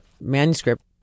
manuscript